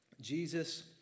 Jesus